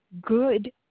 good